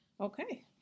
Okay